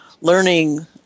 learning